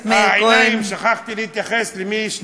אה, עיניים, שכחתי להתייחס למי יש שתי עיניים.